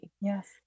Yes